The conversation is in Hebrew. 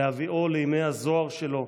להביאו לימי הזוהר שלו,